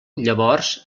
llavors